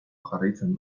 jarraitzen